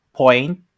point